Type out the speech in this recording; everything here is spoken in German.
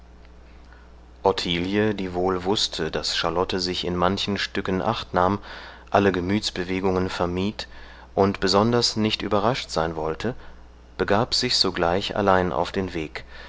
ottilie die wohl wußte daß charlotte sich in manchen stücken acht nahm alle gemütsbewegungen vermied und besonders nicht überrascht sein wollte begab sich sogleich allein auf den weg